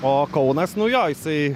o kaunas nu jo jisai